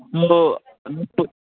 वो उनको